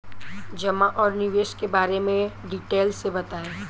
जमा और निवेश के बारे में डिटेल से बताएँ?